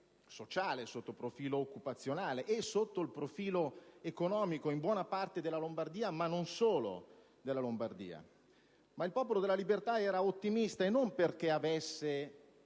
sociale, occupazionale e sotto il profilo economico in buona parte della Lombardia ma non solo. Ma il Popolo della Libertà era ottimista, e non perché avesse